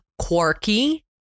quirky